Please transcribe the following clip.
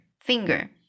finger